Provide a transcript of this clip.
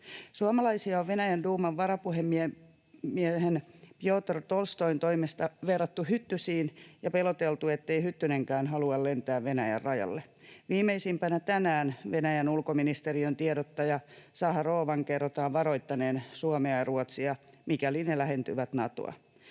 Suomalaisia on Venäjän duuman varapuhemiehen Pjotr Tolstoin toimesta verrattu hyttysiin ja peloteltu, ettei hyttynenkään halua lentää Venäjän rajalle. Viimeisimpänä tänään Venäjän ulkoministeriön tiedottaja Zaharovan kerrotaan varoittaneen Suomea ja Ruotsia, mikäli ne lähentyvät Natoa.